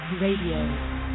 Radio